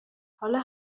حالا